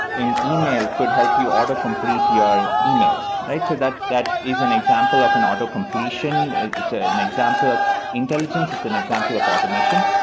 in email could help you auto complete your emails. so that that is an example of an auto completion. it's ah an example of intelligence. it's an example of automation.